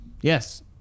yes